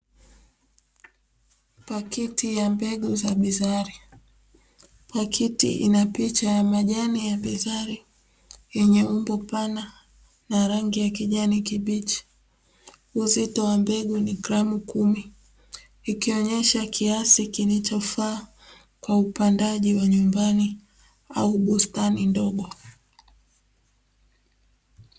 Pakiti ya mbegu za binzari, pakiti ina picha ya majani ya binzari yenye umbo pana na rangi ya kijani kibichi, uzito wa mbegu ni gramu kumi ikionyesha kiasi kilichofaa kwa upandaji wa nyumbani au bustani ndogo.